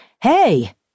Hey